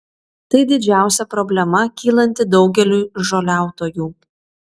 tai didžiausia problema kylanti daugeliui žoliautojų